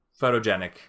photogenic